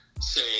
say